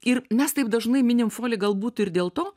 ir mes taip dažnai minim folį galbūt ir dėl to